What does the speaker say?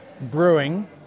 Brewing